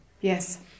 Yes